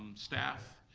staff,